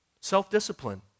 self-discipline